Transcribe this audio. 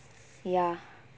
ya